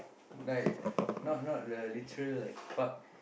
like not not the literal like fuck